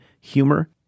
humor